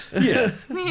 Yes